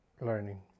Learning